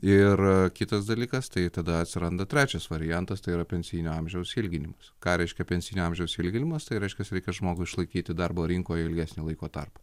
ir kitas dalykas tai tada atsiranda trečias variantas tai yra pensinio amžiaus ilginimas ką reiškia pensinio amžiaus ilginimas tai reiškia reikia žmogų išlaikyti darbo rinkoje ilgesnį laiko tarpą